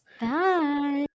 Bye